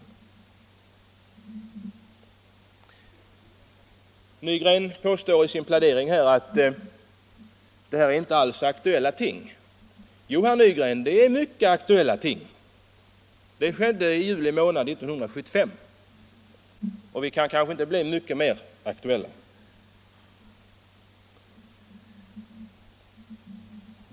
Herr Nygren påstår i sin plädering här att detta inte alls är aktuella ting. Jo, herr Nygren, det är mycket aktuella ting. Detta skedde i juni månad 1975, och vi kan kanske inte bli mycket mer aktuella.